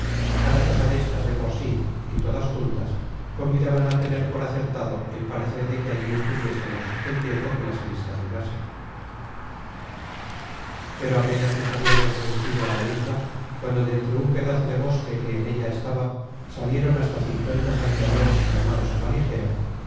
cada cosa destas de por sí y todas juntas convidaban á tener por acertado el parecer de que allí estuviésemos el tiempo que las fiestas durasen pero apenas nos habiamos reducido á la isla cuando de entre un pedazo de bosque que en ella estaba salieron hasta cincuenta salteadores armados á la ligera